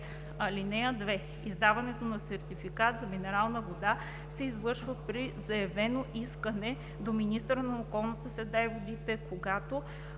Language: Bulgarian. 5. (2) Издаването на сертификат за минерална вода се извършва при заявено искане до министъра на околната среда и водите, когато